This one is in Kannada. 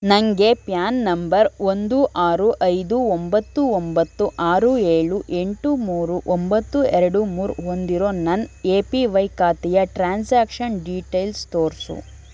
ನನಗೆ ಪ್ಯಾನ್ ನಂಬರ್ ಒಂದು ಆರು ಐದು ಒಂಬತ್ತು ಒಂಬತ್ತು ಆರು ಏಳು ಎಂಟು ಮೂರು ಒಂಬತ್ತು ಎರಡು ಮೂರು ಹೊಂದಿರೋ ನನ್ನ ಎ ಪಿ ವೈ ಖಾತೆಯ ಟ್ರಾನ್ಸಾಕ್ಷನ್ ಡೀಟೇಲ್ಸ್ ತೋರಿಸು